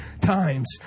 times